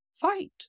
fight